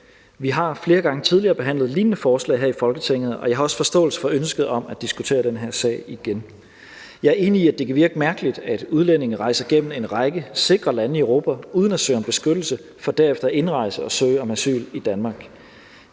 Vi har flere gange tidligere behandlet lignende forslag her i Folketinget, og jeg har også forståelse for ønsket om at diskutere den her sag igen. Jeg er enig i, at det kan virke mærkeligt, at udlændinge rejser igennem en række sikre lande i Europa uden at søge om beskyttelse for derefter at indrejse og søge om asyl i Danmark.